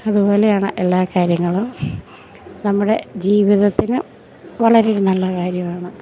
അതുപോലെയാണ് എല്ലാ കാര്യങ്ങളും നമ്മുടെ ജീവിതത്തിന് വളരെ ഒരു നല്ല കാര്യമാണ്